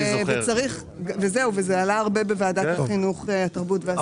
זה עלה הרבה בוועדת החינוך, התרבות והספורט.